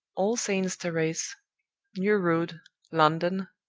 all saints' terrace, new road, london,